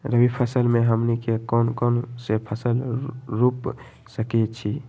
रबी फसल में हमनी के कौन कौन से फसल रूप सकैछि?